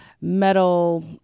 metal